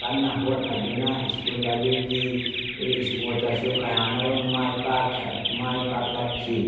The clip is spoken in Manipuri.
ꯀꯟꯅ ꯍꯣꯠꯅꯗꯨꯅ ꯁ꯭ꯀꯨꯜ ꯑꯗꯨꯒꯤ ꯏꯁꯄꯣꯔꯠꯇꯁꯨ ꯀꯌꯥ ꯑꯃꯔꯣꯝ ꯃꯥꯏ ꯄꯥꯛꯂꯛꯈꯤ